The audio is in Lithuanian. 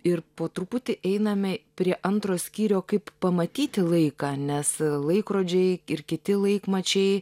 ir po truputį einame prie antro skyrio kaip pamatyti laiką nes laikrodžiai ir kiti laikmačiai